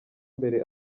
mbere